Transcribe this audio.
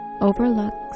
overlooks